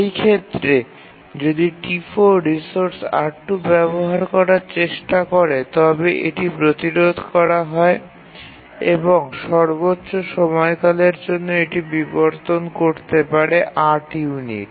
সেই ক্ষেত্রে যদি T4 রিসোর্স R2 ব্যবহার করার চেষ্টা করে তবে এটি প্রতিরোধ করা হয় এবং সর্বোচ্চ সময়কালের জন্য এটি বিবর্তন করতে পারে ৮ ইউনিট